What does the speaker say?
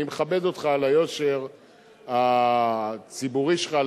אני מכבד אותך על היושר הציבורי שלך,